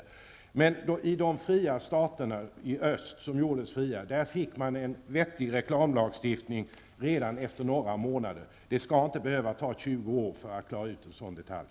I de numera fria staterna i öst fick man en vettig reklamlagstiftning redan efter ett par månader. Det skall inte behöva ta 20 år att klara ut en sådan detalj.